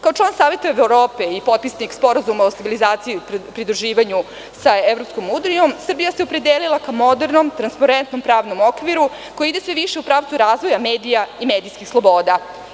Kao član Saveta Evrope i potpisnik Sporazuma o stabilizaciji i pridruživanju sa EU, Srbija se opredelila ka modernom, transparentnom, pravnom okviru, koji ide sve više u pravcu razvoja medija i medijskih sloboda.